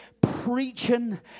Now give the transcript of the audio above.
preaching